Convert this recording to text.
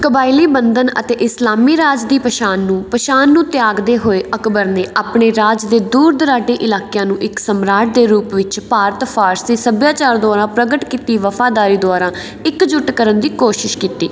ਕਬਾਇਲੀ ਬੰਧਨ ਅਤੇ ਇਸਲਾਮੀ ਰਾਜ ਦੀ ਪਛਾਣ ਨੂੰ ਪਛਾਣ ਨੂੰ ਤਿਆਗਦੇ ਹੋਏ ਅਕਬਰ ਨੇ ਆਪਣੇ ਰਾਜ ਦੇ ਦੂਰ ਦੁਰਾਡੇ ਇਲਾਕਿਆਂ ਨੂੰ ਇੱਕ ਸਮਰਾਟ ਦੇ ਰੂਪ ਵਿੱਚ ਭਾਰਤ ਫ਼ਾਰਸੀ ਸੱਭਿਆਚਾਰ ਦੁਆਰਾ ਪ੍ਰਗਟ ਕੀਤੀ ਵਫ਼ਾਦਾਰੀ ਦੁਆਰਾ ਇਕਜੁੱਟ ਕਰਨ ਦੀ ਕੋਸ਼ਿਸ਼ ਕੀਤੀ